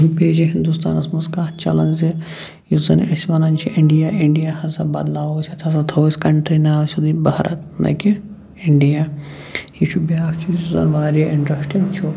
بیٚیہِ چھِ ہِنٛدُستانَس منٛز کَتھ چلان زِ یُس زَنہٕ أسۍ وَنان چھِ اِنٛڈِیا اِنٛڈیا ہسا بَدلاوَو أسۍ اَتھ ہسا تھاوَو أسۍ کَنٛٹری ناو سیٚودٕے بھارَت نہٕ کہ اِنٛڈِیا یہِ چھُ بیاکھ چیٖز یُس آز واریاہ اِنٛٹرشٹِنٛگ چھُ